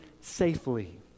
safely